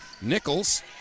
Nichols